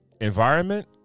environment